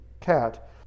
cat